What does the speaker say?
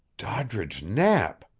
doddridge knapp!